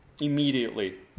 Immediately